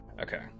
Okay